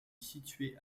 située